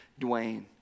Dwayne